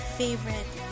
favorite